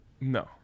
No